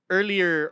Earlier